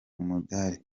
umudali